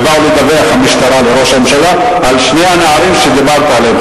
ובאו מהמשטרה לדווח לראש הממשלה על שני הנערים שדיברת עליהם,